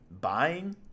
buying